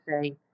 say